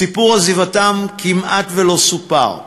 סיפור עזיבתם כמעט לא סופר,